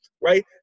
right